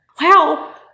Wow